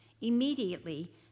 Immediately